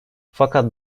fakat